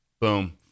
Boom